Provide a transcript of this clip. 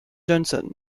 johnston